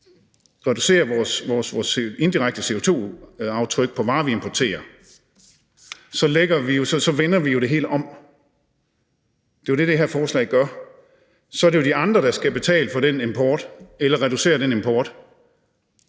reducere vores indirekte CO2-aftryk på varer, vi importerer, så vender vi jo det hele om. Det er jo det, det her forslag gør. Så er det jo de andre, der skal betale for den import eller reducere